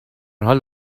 حال